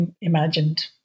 imagined